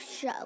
Show